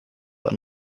ein